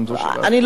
אני לא יודע.